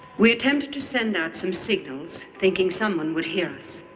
we attempted to send out some signals, thinking someone would hear us.